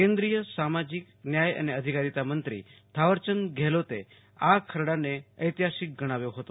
કેન્દ્રિય સામાજિક ન્યાય અને અધિકારીતામંત્રી થાવરચંદ ગેહલોતને આ ખરડાને ઐતિહાસિક ગણાવ્યો હતો